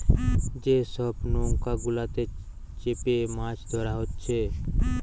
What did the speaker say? যে সব নৌকা গুলাতে চেপে মাছ ধোরা হচ্ছে